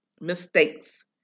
mistakes